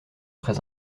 très